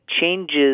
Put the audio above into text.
changes